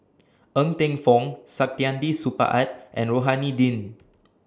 Ng Teng Fong Saktiandi Supaat and Rohani Din